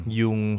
yung